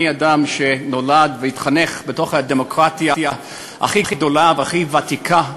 אני אדם שנולד והתחנך בתוך הדמוקרטיה הכי גדולה והכי ותיקה בעולם,